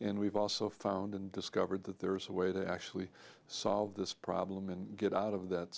and we've also found and discovered that there is a way to actually solve this problem and get out of that